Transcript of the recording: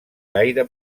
gaire